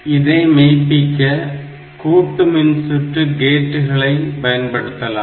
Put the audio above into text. இதை மெய்பிக்க கூட்டு மின்சுற்று கேட்டுகளை பயன்படுத்தலாம்